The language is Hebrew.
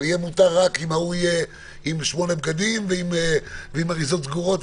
אבל יהיה מותר רק אם ההוא יהיה עם שמונה בגדים ועם אריזות סגורות,